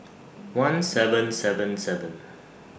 one seven seven seven